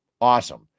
Awesome